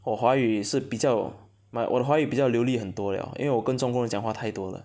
我华语是比较 my own 我华语比较流利很多了因为我跟中国人讲话太多了